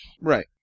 Right